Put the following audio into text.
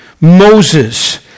Moses